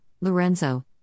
Lorenzo